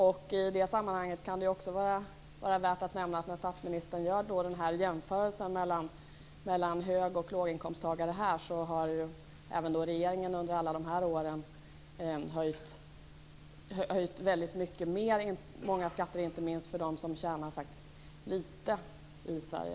Och när statsministern gör jämförelsen mellan hög och låginkomsttagare kan det också vara värt att nämna att även regeringen under de här åren har höjt många skatter väldigt mycket mer, inte minst för dem som tjänar litet i Sverige.